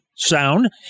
sound